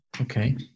Okay